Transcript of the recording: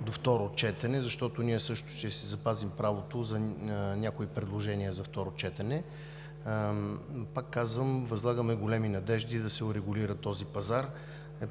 до второ четене, защото ще си запазим правото за някои предложения за второ четене. Пак казвам, възлагаме големи надежди да се урегулира този пазар.